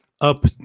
up